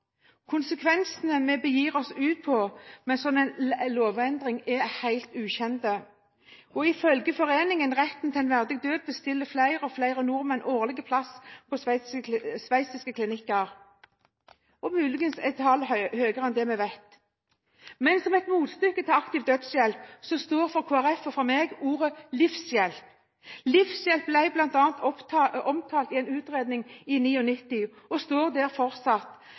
Konsekvensene hvis vi begir oss ut på en sånn lovendring, er helt ukjente. Ifølge Foreningen Retten til en verdig død bestiller flere og flere nordmenn for hvert år plass på sveitsiske klinikker, og muligens er tallet høyere enn det vi vet. Som et motstykke til aktiv dødshjelp, står for Kristelig Folkeparti og for meg ordet «livshjelp». Livshjelp ble bl.a. omtalt i en utredning i 1999 og står der fortsatt.